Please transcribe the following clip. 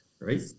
right